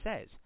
says